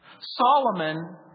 Solomon